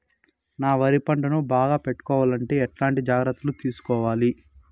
నా వరి పంటను బాగా పెట్టుకోవాలంటే ఎట్లాంటి జాగ్రత్త లు తీసుకోవాలి?